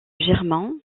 germain